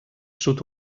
sud